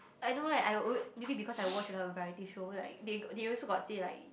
I don't know eh I alw~ maybe because I watch a lot of variety show like they they also got say like